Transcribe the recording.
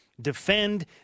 defend